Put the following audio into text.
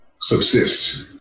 subsist